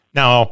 now